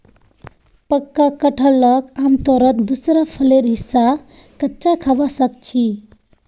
पक्का कटहलक आमतौरत दूसरा फलेर हिस्सा कच्चा खबा सख छि